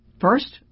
first